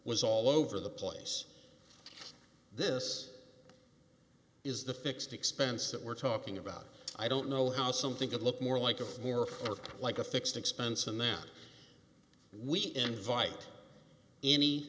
was all over the place this is the fixed expenses that we're talking about i don't know how something could look more like a more forth like a fixed expense and that we invite any